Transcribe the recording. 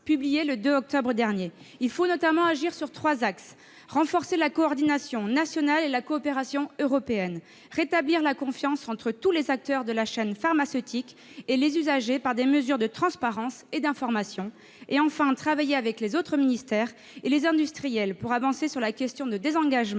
publié le 2 octobre dernier Il faut notamment agir sur trois axes : renforcer la coordination nationale et la coopération européenne ; rétablir la confiance entre tous les acteurs de la chaîne pharmaceutique et les usagers par des mesures de transparence et d'information ; enfin, travailler avec les autres ministères et les industriels pour avancer sur la question du désengagement